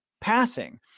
passing